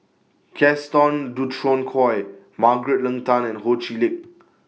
Gaston Dutronquoy Margaret Leng Tan and Ho Chee Lick